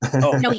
No